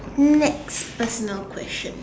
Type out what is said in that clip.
next personal question